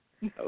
No